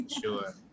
sure